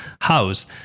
house